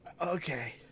Okay